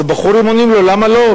ואז הבחורים עונים לו: למה לא?